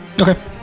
Okay